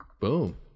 Boom